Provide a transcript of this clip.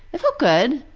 it felt good.